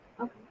okay